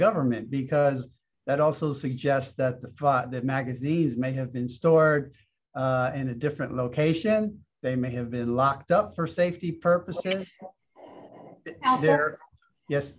government because that also suggests that the magazines may have been stored in a different location they may have been locked up for safety purposes now there yes